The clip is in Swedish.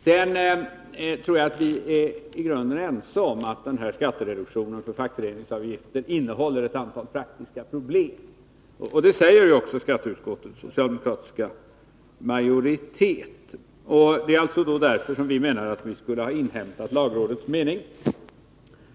Sedan tror jag att vi är i grunden ense om att den föreslagna skattereduktionen för fackföreningsavgifter innehåller ett antal praktiska problem. Det säger också skatteutskottets socialdemokratiska majoritet. Det är av det skälet vi menar att vi skulle ha inhämtat lagrådets mening.